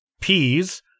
peas